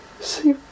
See